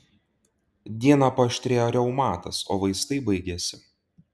dieną paaštrėjo reumatas o vaistai baigėsi